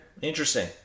interesting